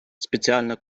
спеціальна